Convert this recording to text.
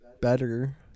better